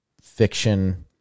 fiction